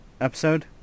episode